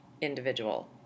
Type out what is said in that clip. individual